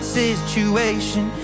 situation